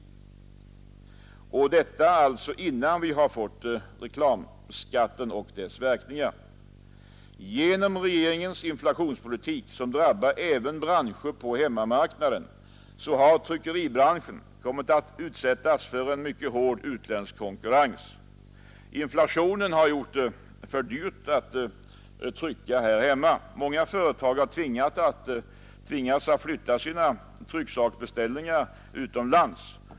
Detta alltså innan vi har fått reklamskatten och dess verkningar. Genom regeringens inflationspolitik som drabbar även branscher på hemmamarknaden har tryckeribranschen kommit att utsättas för en mycket hård utländsk konkurrens, Inflationen har gjort det för dyrt att trycka här hemma. Många företagare tvingas flytta sina trycksaksbeställningar utomlands.